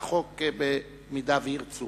חוק ביטוח בריאות ממלכתי (תיקון מס' 47)